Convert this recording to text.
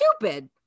stupid